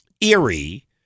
eerie